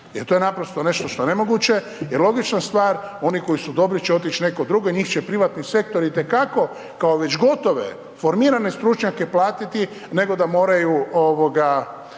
jer to je naprosto nešto što je nemoguće i logična stvar oni koji su dobri će otić nekud drugdje i njih će privatni sektor i te kako kao već gotove formirane stručnjake platiti nego da moraju ovoga